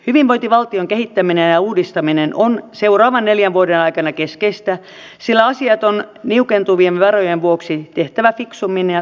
hyvinvointivaltion kehittäminen ja uudistaminen on seuraavien neljän vuoden aikana keskeistä sillä asiat on niukentuvien varojen vuoksi tehtävä fiksummin ja tehokkaammin